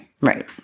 Right